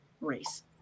race